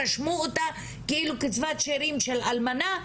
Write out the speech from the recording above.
רשמו אותה כאילו קצבת שארים של אלמנה,